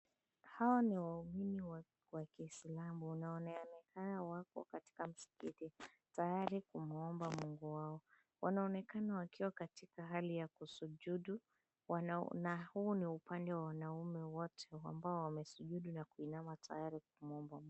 Hawa ni waumini wa kislamu wanaonekana wakiwa msikiti tayari kumuomba Mungu wao wanaonekana wakiwa katika hali ya kusujudu na huu ni upande wa wanaume wote ambao wamesujudu na kuinama tayari kumuomba Mungu.